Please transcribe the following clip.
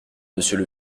monsieur